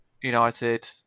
United